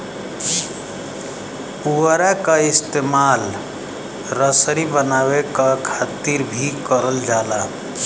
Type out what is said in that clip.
पुवरा क इस्तेमाल रसरी बनावे क खातिर भी करल जाला